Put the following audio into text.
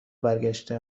برگشته